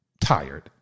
tired